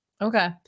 okay